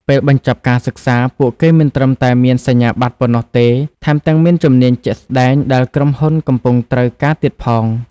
ពេលបញ្ចប់ការសិក្សា ពួកគេមិនត្រឹមតែមានសញ្ញាបត្រប៉ុណ្ណោះទេ ថែមទាំងមានជំនាញជាក់ស្តែងដែលក្រុមហ៊ុនកំពុងត្រូវការទៀតផង។